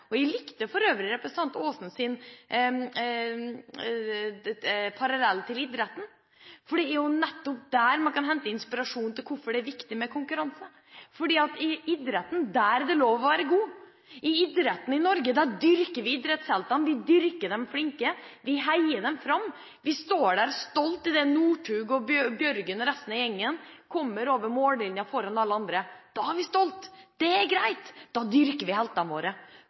Jeg likte for øvrig representanten Aasens parallell til idretten. Det er nettopp der man kan hente inspirasjon til hvorfor det er viktig med konkurranse, for i idretten er det lov å være god. I idretten i Norge dyrker vi idrettsheltene. Vi dyrker de flinke, vi heier dem fram, vi står der stolte idet Northug, Bjørgen og resten av gjengen kommer over mållinjen foran alle andre. Da er vi stolte – det er greit – da dyrker vi heltene våre.